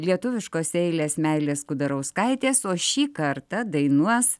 lietuviškos eiles meilės kudarauskaitės o šį kartą dainuos